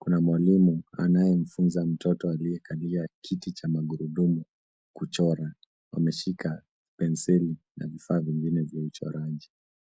Kuna mwalimu anayemfunza mtoto aliyekalia kiti cha magurudumu kuchora, ameshika penseli na vifaa vingine vya uchoraji.